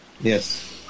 Yes